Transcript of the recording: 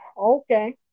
Okay